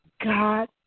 God